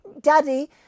Daddy